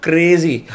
Crazy